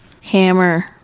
Hammer